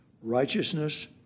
righteousness